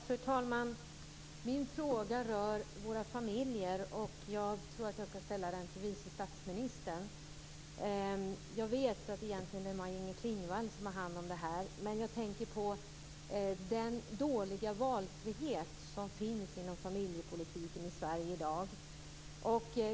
Fru talman! Min fråga rör våra familjer, och jag tror att jag skall ställa den till vice statsministern. Jag vet att det egentligen är Maj-Inger Klingvall som har hand om det här. Jag tänker på den dåliga valfrihet som finns inom familjepolitiken i Sverige i dag.